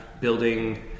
building